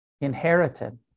Inherited